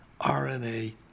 RNA